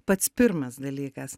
pats pirmas dalykas